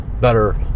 better